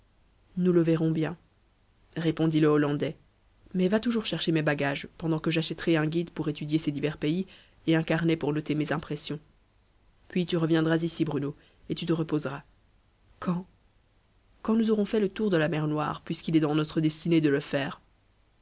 nous le verrons bien répondit le hollandais mais va toujours chercher mes bagages pendant que j'achèterai un guide pour étudier ces divers pays et un carnet pour noter mes impressions puis tu reviendras ici bruno et tu te reposeras quand quand nous aurons fait le tour de la mer noire puisqu'il est dans notre destinée de le faire